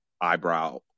eyebrow